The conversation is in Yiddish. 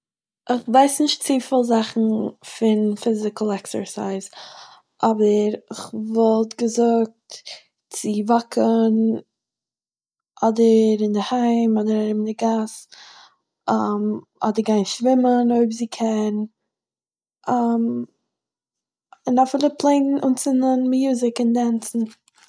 איך ווייס נישט צופיל זאכן פון פיזיקל עקסערסייז, אבער איך וואלט געזאגט צו וואקן, אדער אינדערהיים אדער אין די גאס אדער גיין שווימען אויב זי קען אנצינדן מיוזיק און טאנצן